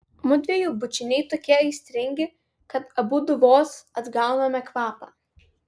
mudviejų bučiniai tokie aistringi kad abudu vos atgauname kvapą